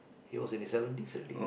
he was in his seventies already